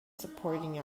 supporting